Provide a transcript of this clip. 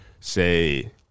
say